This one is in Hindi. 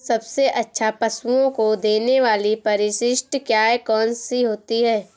सबसे अच्छा पशुओं को देने वाली परिशिष्ट क्या है? कौन सी होती है?